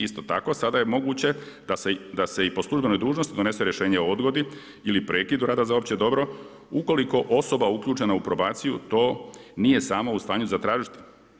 Isto tako sada je moguće da se i po službenoj dužnosti donese rješenje o odgodi ili prekidu rada za opće dobro ukoliko osoba uključena u probaciju to nije sama u stanju zatražiti.